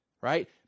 right